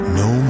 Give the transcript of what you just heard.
no